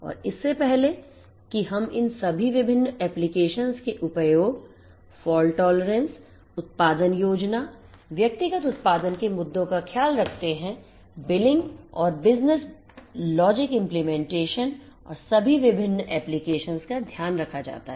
और इससे पहले कि हम इन सभी विभिन्न Applications के उपयोग fault tolerance उत्पादन योजना व्यक्तिगतउत्पादन के मुद्दों का ख्याल रखते हैं बिलिंग और Businesslogic implementationऔर सभी विभिन्न Applications का ध्यान रखा जाता है